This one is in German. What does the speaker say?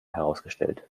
herausgestellt